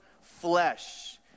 flesh